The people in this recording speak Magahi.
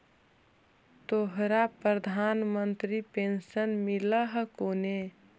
तोहरा प्रधानमंत्री पेन्शन मिल हको ने?